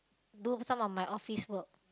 do some of my office work